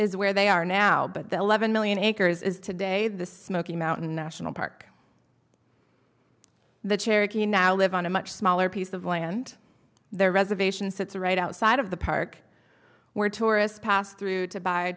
is where they are now but the eleven million acres is today the smoky mountain national park the cherokee now live on a much smaller piece of land their reservation sits right outside of the park where tourists pass through to buy